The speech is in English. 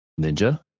Ninja